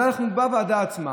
אנחנו בוועדה עצמה